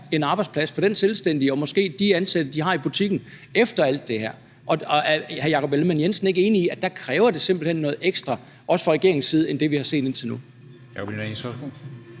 en arbejdsplads for de selvstændige og de ansatte, de måske har i butikken, efter alt det her. Og er hr. Jakob Ellemann-Jensen ikke enig i, at der kræver det simpelt hen noget ekstra, også fra regeringens side, i forhold til det, vi har set indtil nu?